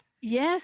Yes